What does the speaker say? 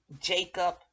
Jacob